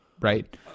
right